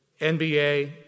NBA